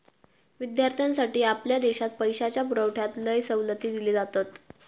विद्यार्थ्यांसाठी आपल्या देशात पैशाच्या पुरवठ्यात लय सवलती दिले जातत